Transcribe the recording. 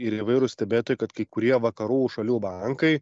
ir įvairūs stebėtojai kad kai kurie vakarų šalių bankai